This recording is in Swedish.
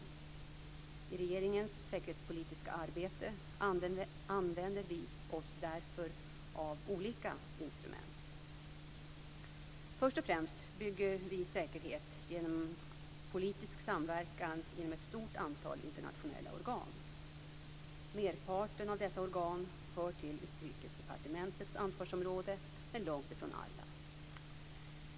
I regeringens säkerhetspolitiska arbete använder vi oss därför av olika instrument. Först och främst bygger vi säkerhet genom politisk samverkan inom ett stort antal internationella organ. Merparten av dessa organ hör till Utrikesdepartementets ansvarsområde, men långt ifrån alla.